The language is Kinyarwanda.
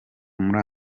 muri